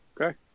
Okay